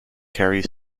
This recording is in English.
carry